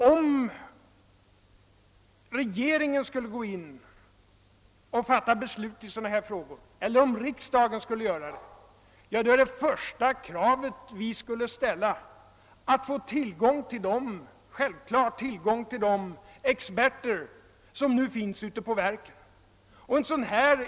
Om regeringen skulle bestämma i sådana frågor, eller om riksdagen skulle göra det, så skulle vårt första krav vara att få tillgång till de experter som nu finns i verken.